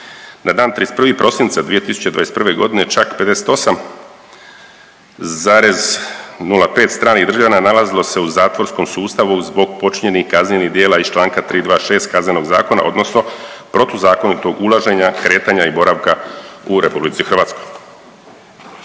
Na dan 31. prosinca 2021. godine čak 58,05 stranih državljana nalazilo se u zatvorskom sustavu zbog počinjenih kaznenih djela iz članka 326. Kaznenog zakona, odnosno protuzakonito ulaženja, kretanja i boravka u Republici Hrvatskoj,